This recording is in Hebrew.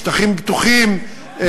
שטחים פתוחים,